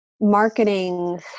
marketing